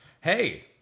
Hey